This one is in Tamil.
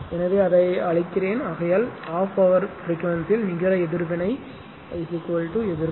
எனவே அதை அழிக்கிறேன் ஆகையால் 12 பவர் பிரிக்வேன்சில் நிகர எதிர்வினை எதிர்ப்பு